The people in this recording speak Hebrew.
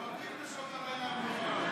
אתה מבריק בשעות הלילה המאוחרות.